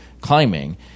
climbing